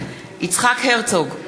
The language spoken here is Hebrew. יצחק הרצוג,